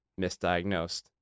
misdiagnosed